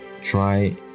try